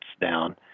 down